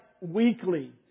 weekly